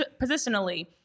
positionally